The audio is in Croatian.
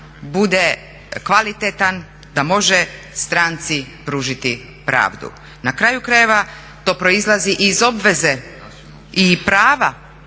bude kvalitetan, da može stranci pružiti pravdu. Na kraju krajeva to proizlazi iz obveze i prava